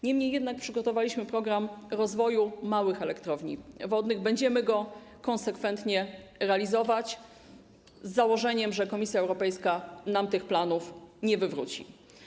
Niemniej przygotowaliśmy program rozwoju małych elektrowni wodnych, będziemy go konsekwentnie realizować, z założeniem, że Komisja Europejska nam tych planów nie wywróci.